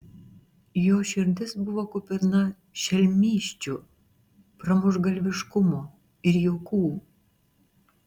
jo širdis buvo kupina šelmysčių pramuštgalviškumo ir juokų